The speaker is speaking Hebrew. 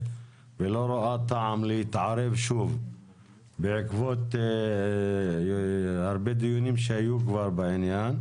ולא רואה טעם להתערב שוב בעקבות הרבה דיונים שהיו כבר בעניין,